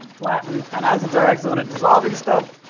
latin. and acids are excellent at dissolving stuff